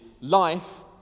life